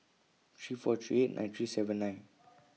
three four three eight nine three seven nine